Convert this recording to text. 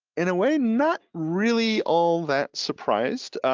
in a way not really all that surprised,